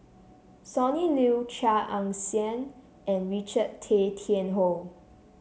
Sonny Liew Chia Ann Siang and Richard Tay Tian Hoe